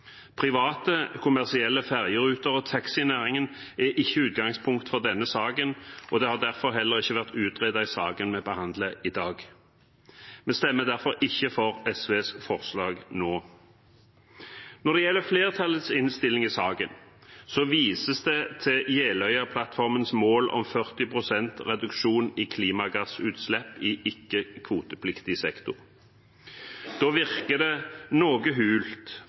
Private, kommersielle ferjeruter og taxinæringen er ikke utgangspunkt for denne saken, og det har derfor heller ikke vært utredet i den saken vi behandler i dag. Vi stemmer derfor ikke for SVs forslag nå. Når det gjelder flertallets innstilling i saken, vises det til Jeløya-plattformens mål om 40 pst. reduksjon i klimagassutslipp i ikke-kvotepliktig sektor. Da virker det noe hult